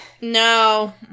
No